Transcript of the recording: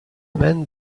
men